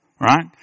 right